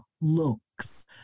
looks